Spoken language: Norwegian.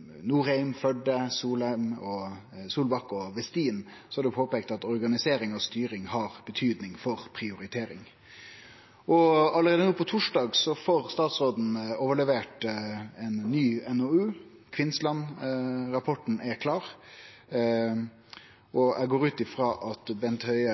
– Norheim, Førde, Solheim, Solbakk og Westin – har peika på at organisering og styring har betydning for prioritering. Allereie no på torsdag får statsråden overlevert ein ny NOU, Kvinnsland-rapporten er klar. Eg går ut frå at statsråd Bent Høie